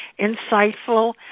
insightful